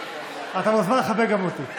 אתה מוזמן לחבק גם אותי.